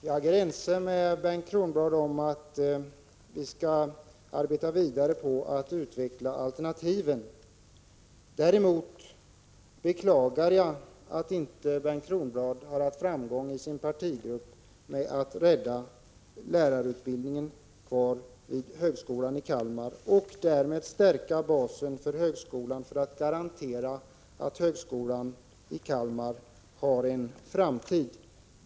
Herr talman! Jag är ense med Bengt Kronblad om att vi skall arbeta vidare på att utveckla alternativen. Däremot beklagar jag att Bengt Kronblad inte haft framgång i sin partigrupp när det gällt att rädda lärarutbildningen vid högskolan i Kalmar och därmed stärka basen för högskolan för att garantera att högskolan i Kalmar har en framtid.